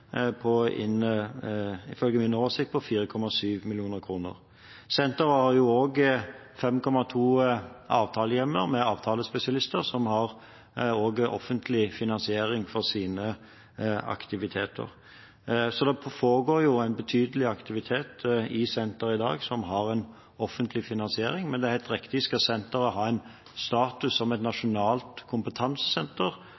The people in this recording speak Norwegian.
på 4,7 mill. kr, ifølge min oversikt. Senteret har også 5,2 avtalehjemler med avtalespesialister, som også har offentlig finansiering av sine aktiviteter. Så det foregår en betydelig aktivitet i senteret i dag som har en offentlig finansiering, men det er helt riktig at hvis senteret skal ha status som et nasjonalt kompetansesenter,